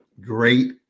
great